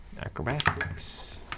Acrobatics